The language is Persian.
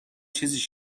چیزیش